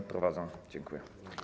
Dziękuję.